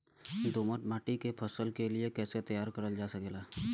दोमट माटी के फसल के लिए कैसे तैयार करल जा सकेला?